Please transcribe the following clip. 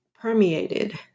permeated